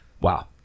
wow